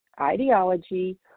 ideology